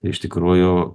iš tikrųjų